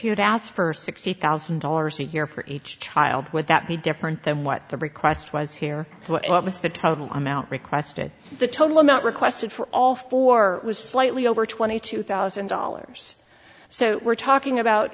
had asked for sixty thousand dollars a year for each child would that be different than what the request was here what was the total amount requested the total amount requested for all for was slightly over twenty two thousand dollars so we're talking about